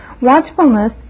Watchfulness